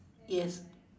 yes